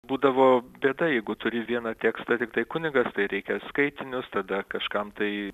būdavo bėda jeigu turi vieną tekstą tiktai kunigas tai reikia skaitinius tada kažkam tai